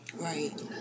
Right